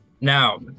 Now